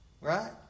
right